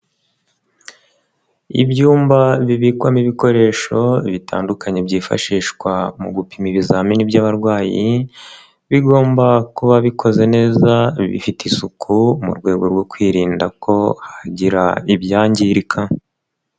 Ibyumba bibikwamo ibikoresho bitandukanye byifashishwa mu gupima ibizamini by'abarwayi, bigomba kuba bikoze neza bifite isuku, mu rwego rwo kwirinda ko hagira ibyangirika.